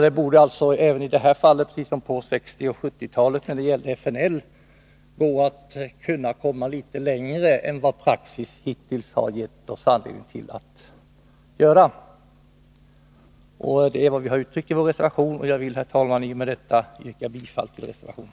Det borde alltså även i detta fall, liksom på 1960 och 1970-talet när det gällde FNL, gå att komma litet längre än vad praxis hittills har gett oss anledning att göra, och det är vad vi har uttryckt i vår reservation. Jag vill, herr talman, med detta yrka bifall till reservationen.